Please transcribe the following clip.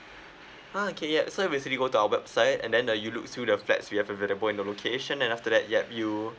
ah okay yup so basically go to our website and then uh you look through the flats we have available in the location and after that yup you